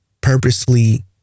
purposely